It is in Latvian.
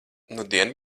nudien